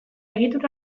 egitura